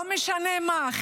לא משנה מה,